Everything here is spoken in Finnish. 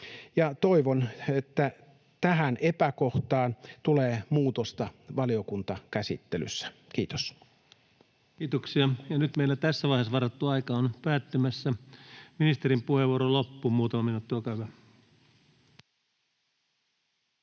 Toivon, että tähän epäkohtaan tulee muutosta valiokuntakäsittelyssä. — Kiitos. Kiitoksia. — Nyt meille tässä vaiheessa varattu aika on päättymässä. Ministerin puheenvuoro loppuun, muutama minuutti, olkaa hyvä.